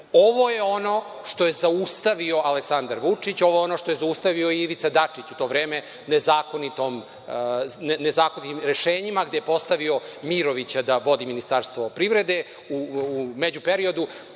je ono što je zaustavio Aleksandar Vučić, ovo je ono što je zaustavio i Ivica Dačić u to vreme nezakonitim rešenjima gde je postavio Mirovića da vodi Ministarstvo privrede u među periodu. Ovo